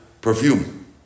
perfume